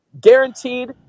guaranteed